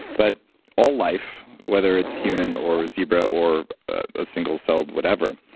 but all life, whether it's human or zebra or a single celled whatever,